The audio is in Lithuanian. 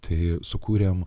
tai sukūrėm